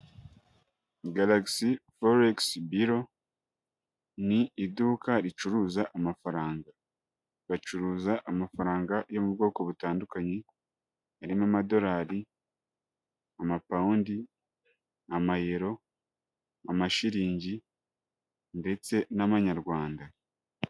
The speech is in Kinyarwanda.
Galakisi foregisi biro, ni iduka ricuruza amafaranga, bacuruza amafaranga yo mu bwoko butandukanye harimo amadolari, amapawundi, amayero, amashiriningi ndetse n'amanyarwanda.